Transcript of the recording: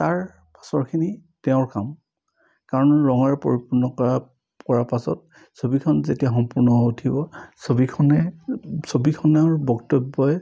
তাৰ পাছৰখিনি তেওঁৰ কাম কাৰণ ৰঙৰে পৰিপূৰ্ণ কৰা কৰাৰ পাছত ছবিখন যেতিয়া সম্পূৰ্ণ হৈ উঠিব ছবিখনে ছবিখনৰ বক্তব্যই